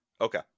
Okay